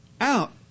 out